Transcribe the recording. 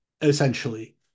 essentially